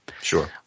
Sure